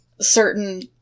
certain